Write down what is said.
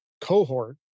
cohort